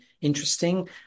interesting